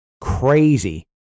Crazy